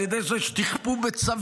על ידי זה שתכפו בצווים,